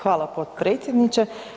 Hvala potpredsjedniče.